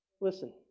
Listen